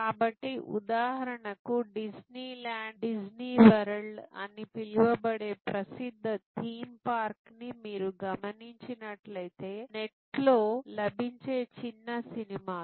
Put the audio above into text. కాబట్టి ఉదాహరణకు Disneyland Disney World అని పిలవబడే ప్రసిద్ధ థీమ్ పార్క్లని మీరు గమనించనట్లైతే నెట్లో లభించే చిన్న సినిమాలు